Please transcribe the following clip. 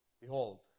Behold